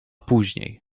później